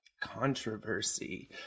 Controversy